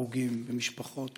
הרוגים ומשפחות